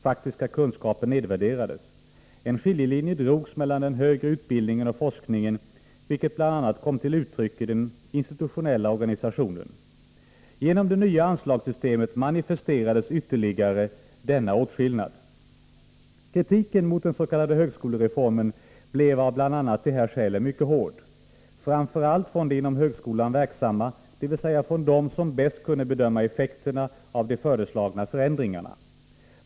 Faktiska kunskaper nedvärderades. En skiljelinje drogs mellan den högre utbildningen och forskningen, vilket bl.a. kom till uttryck i den institutionella organisationen. Genom det nya anslagssystemet manifesterades ytterligare denna åtskillnad. Kritiken mot den s.k. högskolereformen blev av bl.a. de här skälen mycket hård, framför allt från de inom högskolorna verksamma, dvs. från dem som bäst kunde bedöma effekterna av de föreslagna förändringarna.